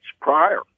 prior